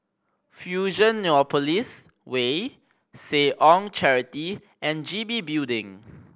Fusionopolis Way Seh Ong Charity and G B Building